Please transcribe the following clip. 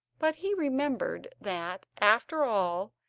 but he remembered that, after all,